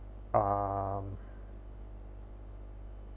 um